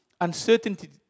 uncertainty